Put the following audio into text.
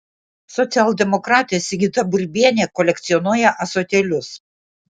socialdemokratė sigita burbienė kolekcionuoja ąsotėlius